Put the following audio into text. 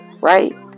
right